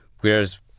Whereas